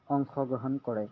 অংশগ্ৰহণ কৰে